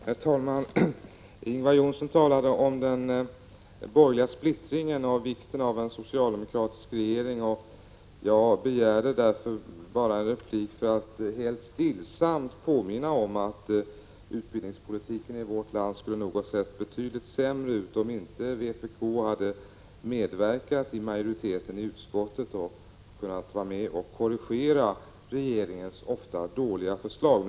Herr talman! Ingvar Johnsson talade om den borgerliga splittringen och vikten av en socialdemokratisk regering. Jag begärde en replik för att helt stillsamt påminna om att utbildningspolitiken i vårt land nog skulle ha sett betydligt sämre ut om inte vpk hade medverkat i majoriteten i utbildningsutskottet och kunnat vara med och korrigera regeringens ofta dåliga förslag.